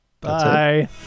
Bye